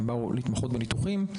להתמחות בניתוחים.